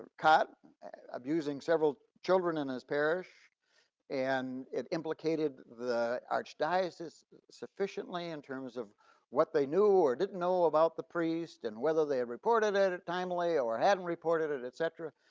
caught abusing several children in his parish and it implicated the archdiocese sufficiently in terms of what they knew or didn't know about the priest, and whether they reported at a timely, or hadn't reported it, et cetera,